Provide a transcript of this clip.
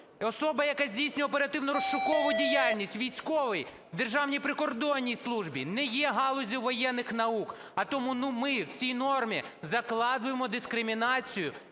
Особа, яка здійснює оперативно-розшукову діяльність, військовий у Державній прикордонній службі не є галуззю воєнних наук. А тому, ну, ми в цій нормі закладаємо дискримінацію